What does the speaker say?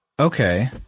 Okay